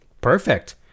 Perfect